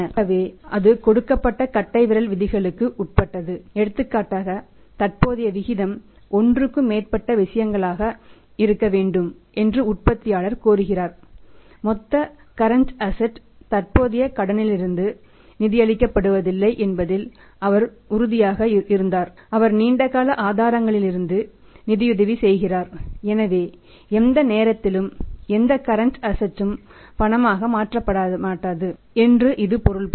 ஆகவே அது கொடுக்கப்பட்ட கட்டைவிரல் விதிகளுக்கு உட்பட்டது எடுத்துக்காட்டாக தற்போதைய விகிதம் ஒன்றுக்கு மேற்பட்ட விஷயங்களாக இருக்க வேண்டும் என்று உற்பத்தியாளர் கோருகிறார் மொத்த கரண்ட் அசட் இம் பணமாக மாற்றப்படமாட்டாது என்று இது பொருள்படும்